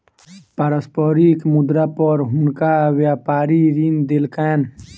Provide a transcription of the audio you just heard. पारस्परिक मुद्रा पर हुनका व्यापारी ऋण देलकैन